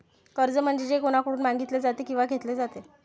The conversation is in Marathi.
कर्ज म्हणजे जे कोणाकडून मागितले जाते किंवा घेतले जाते